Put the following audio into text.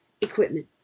equipment